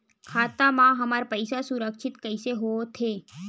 खाता मा हमर पईसा सुरक्षित कइसे हो थे?